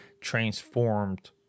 transformed